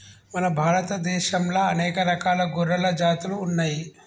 మన భారత దేశంలా అనేక రకాల గొర్రెల జాతులు ఉన్నయ్యి